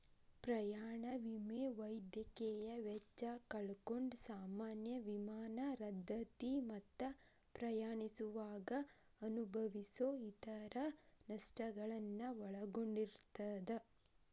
ಪ್ರಯಾಣ ವಿಮೆ ವೈದ್ಯಕೇಯ ವೆಚ್ಚ ಕಳ್ಕೊಂಡ್ ಸಾಮಾನ್ಯ ವಿಮಾನ ರದ್ದತಿ ಮತ್ತ ಪ್ರಯಾಣಿಸುವಾಗ ಅನುಭವಿಸೊ ಇತರ ನಷ್ಟಗಳನ್ನ ಒಳಗೊಂಡಿರ್ತದ